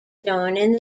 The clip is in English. joining